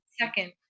second